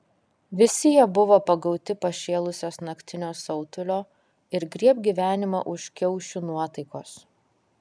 visi jie buvo pagauti pašėlusios naktinio siautulio ir griebk gyvenimą už kiaušių nuotaikos